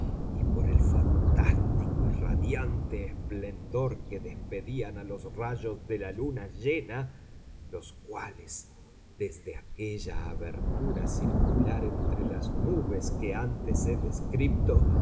y por el fantástico y radiante esplendor que despedían a los rayos de la luna llena los cuales desde aquella abertura circular entre las nubes que antes he descrito